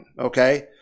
Okay